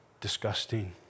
disgusting